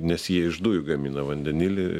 nes jie iš dujų gamina vandenilį